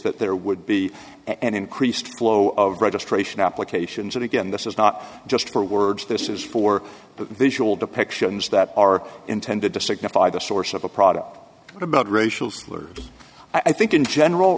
that there would be an increased flow of registration applications and again this is not just for words this is for the visual depictions that are intended to signify the source of a product about racial slurs i think in general